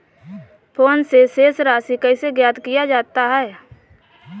Phone से शेष राशि कैसे ज्ञात किया जाता है?